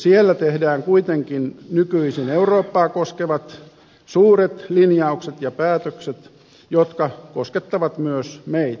siellä tehdään kuitenkin nykyisin eurooppaa koskevat suuret linjaukset ja päätökset jotka koskettavat myös meitä